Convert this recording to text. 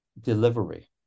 delivery